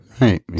Right